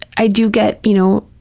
i do get, you know,